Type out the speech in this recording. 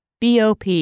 BOP